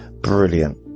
brilliant